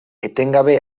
etengabe